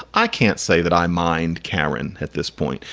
i can't say that i mind, karen, at this point.